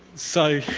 so,